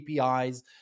APIs